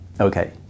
Okay